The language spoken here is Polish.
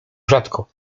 rzadko